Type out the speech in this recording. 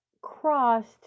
crossed